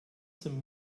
zum